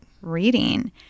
reading